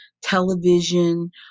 television